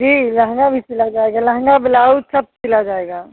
जी लहँगा भी सिल जाएगा लहँगा ब्लाउज सब सिल जाएगा